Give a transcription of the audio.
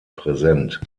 präsent